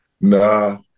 nah